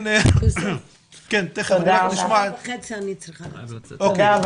תודה רבה